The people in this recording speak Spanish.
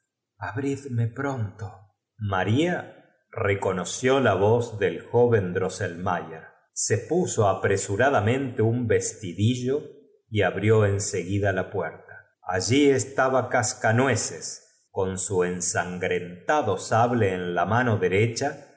abridme pronto maría reconoció la voz del joven drosselmayer se puso apresuradamente un vestidillo y abrió en seguida la puerta alll estaba cascanueces con su ensangrentado sable en la mano derecha